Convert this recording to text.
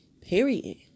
period